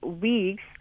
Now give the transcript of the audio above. weeks